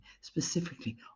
specifically